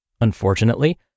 Unfortunately